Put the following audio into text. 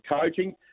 coaching